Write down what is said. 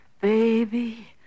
Baby